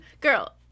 Girl